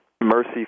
Mercy